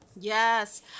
Yes